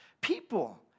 people